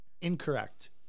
Incorrect